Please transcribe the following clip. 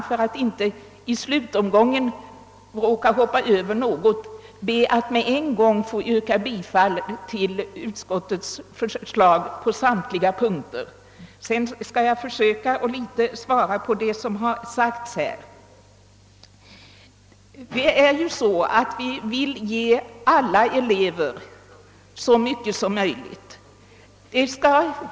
För att inte i slutomgången råka hoppa över något ber jag, herr talman, att genast få yrka bifall till utskottets förslag på samtliga punkter. Härefter skall jag försöka svara på en del av vad som sagts i dagens debatt. Vi vill ju ge alla elever så mycket som möjligt.